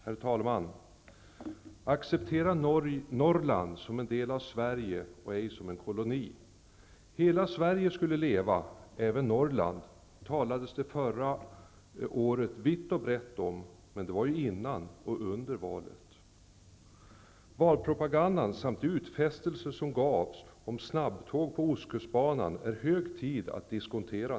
Herr talman! Acceptera Norrland som en del av Sverige! Betrakta ej Norrland som en koloni! Hela Sverige skulle leva, även Norrland, talades det förra året vitt och brett om. Men det var före och i samband med valet. Valpropagandan samt de utfästelser som gjordes om snabbtåg på Ostkustbanan är det hög tid att diskontera.